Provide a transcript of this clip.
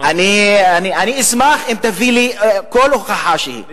אני אשמח אם תביא לי כל הוכחה שהיא,